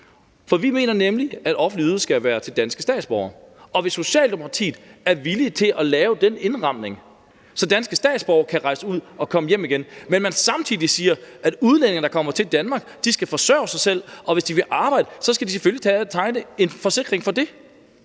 For vi mener nemlig, at offentlige ydelser skal være til danske statsborgere. Jeg ved ikke, om Socialdemokratiet er villige til at lave den indramning, at danske statsborgere kan rejse ud og komme hjem igen, og samtidig vil sige, at udlændinge, der kommer til Danmark, skal forsørge sig selv, og at de, hvis de vil arbejde, selvfølgelig skal tegne en forsikring for det.